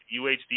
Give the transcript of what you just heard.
UHD